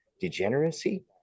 Degeneracy